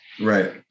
Right